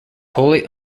wholly